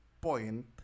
point